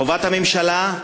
חובת הממשלה,